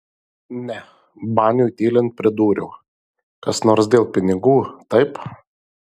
ne baniui tylint pridūriau kas nors dėl pinigų taip